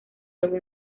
algo